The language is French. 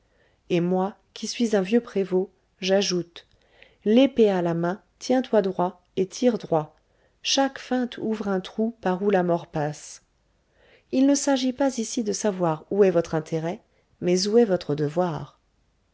et moi qui suis un vieux prévôt j'ajoute l'épée à la main tiens-toi droit et tire droit chaque feinte ouvre un trou par où la mort passe il ne s'agit pas ici de savoir où est votre intérêt mais où est votre devoir